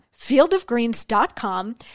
fieldofgreens.com